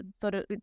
photo